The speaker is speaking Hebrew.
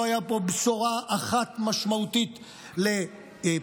לא הייתה בו בשורה אחת משמעותית לפריון,